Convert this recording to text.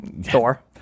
Thor